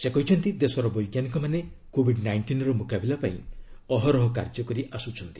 ସେ କହିଛନ୍ତି ଦେଶର ବୈଜ୍ଞାନିକମାନେ କୋବିଡ୍ ନାଇଷ୍ଟିନ୍ର ମୁକାବିଲା ପାଇଁ ଅହରହ କାର୍ଯ୍ୟ କରି ଆସ୍କଚ୍ଚନ୍ତି